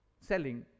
selling